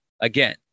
again